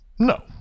No